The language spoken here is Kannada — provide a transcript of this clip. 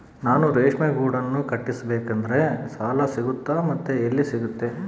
ನಾನು ರೇಷ್ಮೆ ಗೂಡನ್ನು ಕಟ್ಟಿಸ್ಬೇಕಂದ್ರೆ ಸಾಲ ಸಿಗುತ್ತಾ ಮತ್ತೆ ಎಲ್ಲಿ ಸಿಗುತ್ತೆ?